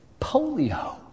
polio